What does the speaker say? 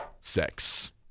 sex